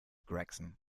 gregson